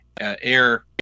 air